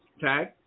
Tag